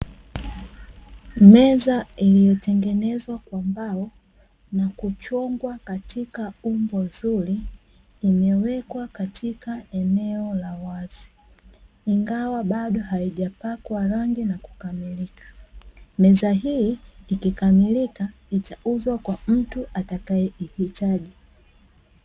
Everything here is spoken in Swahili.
Meza iliyotengenezwa kwa mbao, na kuchongwa katika umbo zuri, imewekwa katika eneo la wazi. Ingawa bado haijapakwa rangi na kukamilika. Meza hii ikikamilika, itauzwa kwa mtu atakayeihitaji.